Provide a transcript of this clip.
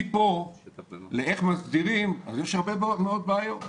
מכאן עד איך מסדירים, יש הרבה מאוד בעיות.